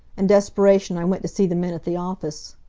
in desperation i went to see the men at the office.